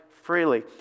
freely